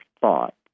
thought